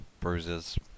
bruises